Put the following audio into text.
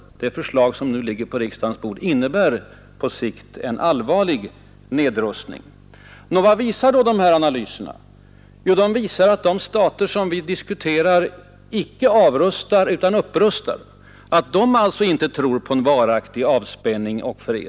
Det förslag som nu ligger på riksdagens bord innebär på sikt en allvarlig nedrustning. Nå, vad visar då de analyserna? Jo, de visar att de stater som vi diskuterar icke avrustar utan upprustar, att de alltså inte tror på en varaktig avspänning och fred.